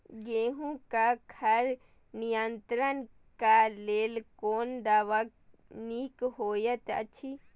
गेहूँ क खर नियंत्रण क लेल कोन दवा निक होयत अछि?